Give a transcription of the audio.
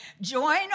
join